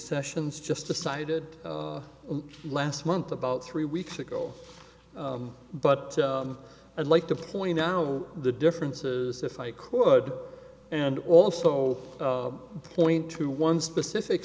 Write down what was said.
sessions just decided last month about three weeks ago but i'd like to point out the differences if i could and also point to one specific